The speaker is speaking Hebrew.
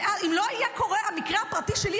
אם לא היה קורה המקרה הפרטי שלי,